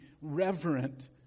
reverent